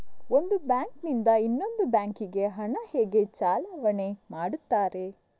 ಒಂದು ಬ್ಯಾಂಕ್ ನಿಂದ ಇನ್ನೊಂದು ಬ್ಯಾಂಕ್ ಗೆ ಹಣ ಹೇಗೆ ಚಲಾವಣೆ ಮಾಡುತ್ತಾರೆ?